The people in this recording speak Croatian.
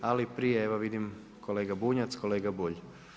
Ali prije, evo vidim kolega Bunjac, kolega Bulj.